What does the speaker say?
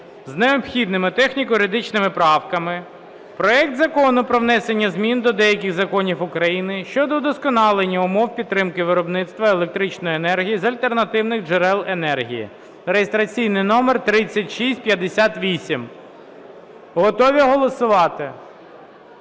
з необхідними техніко-юридичними правками проект Закону про внесення змін до деяких законів України щодо удосконалення умов підтримки виробництва електричної енергії з альтернативних джерел енергії (реєстраційний номер 3658). Готові голосувати?